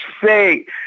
fake